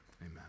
amen